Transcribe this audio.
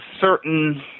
certain –